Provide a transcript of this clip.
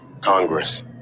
Congress